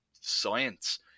science